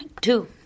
Two